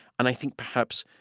and i think, perhaps,